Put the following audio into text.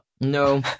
No